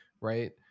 right